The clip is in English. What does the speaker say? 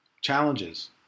challenges